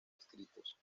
escritos